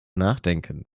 nachdenken